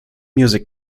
music